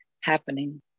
happening